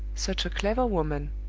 such a clever woman!